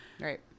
right